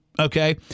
Okay